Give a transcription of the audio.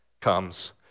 comes